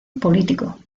político